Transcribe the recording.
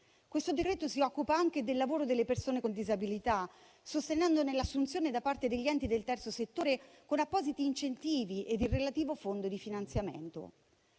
Questo decreto si occupa anche del lavoro delle persone con disabilità, sostenendone l'assunzione da parte degli enti del terzo settore, con appositi incentivi e il relativo fondo di finanziamento.